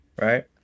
right